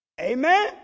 Amen